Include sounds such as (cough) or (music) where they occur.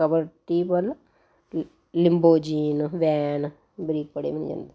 ਕਬੱਡੀ ਵੱਲ ਲਿੰਬੋਜੀਨ ਵੈਨ (unintelligible)